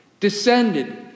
descended